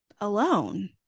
alone